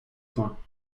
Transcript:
point